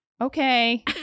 okay